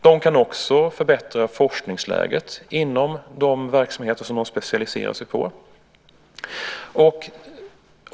De kan också förbättra forskningsläget inom de verksamheter de specialiserar sig på.